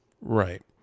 right